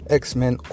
x-men